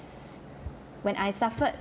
when I suffered